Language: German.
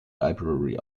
library